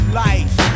life